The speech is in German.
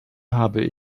habe